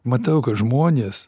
matau kad žmones